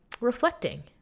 reflecting